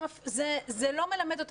זה לא מלמד אותן.